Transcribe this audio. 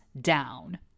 down